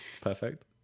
perfect